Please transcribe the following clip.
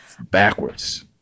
Backwards